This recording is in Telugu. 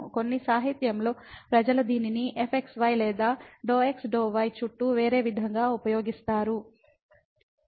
కొన్ని సాహిత్యంలో ప్రజలు దీనిని fxy లేదా ∂ x ∂ y చుట్టూ వేరే విధంగా ఉపయోగిస్తారు